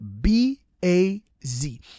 B-A-Z